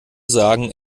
sagen